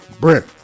Brent